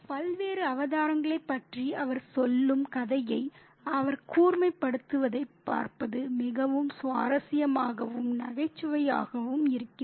பல்வேறு அவதாரங்களைப் பற்றி அவர் சொல்லும் கதையை அவர் கூர்மைப்படுத்துவதைப் பார்ப்பது மிகவும் சுவாரஸ்யமாகவும் நகைச்சுவையாகவும் இருக்கிறது